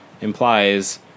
implies